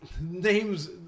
names